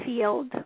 field